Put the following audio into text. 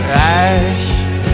reicht